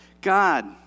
God